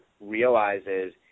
realizes